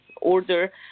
order